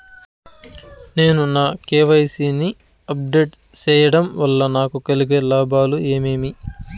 నేను నా కె.వై.సి ని అప్ డేట్ సేయడం వల్ల నాకు కలిగే లాభాలు ఏమేమీ?